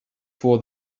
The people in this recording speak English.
for